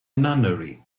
nunnery